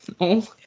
No